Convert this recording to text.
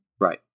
Right